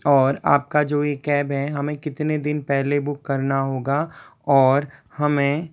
और आप का जो ये कैब है हमें कितने दिन पहले बुक करना होगा और हमें